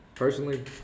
Personally